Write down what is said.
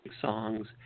songs